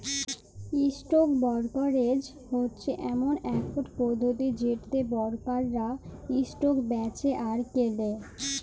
stock brokerage হচ্যে ইমন একট পধতি যেটতে বোরকাররা ইসটক বেঁচে আর কেলে